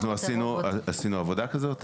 אנחנו עשינו עבודה כזאת?